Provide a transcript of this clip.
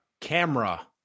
camera